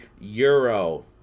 Euro